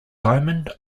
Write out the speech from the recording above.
diamond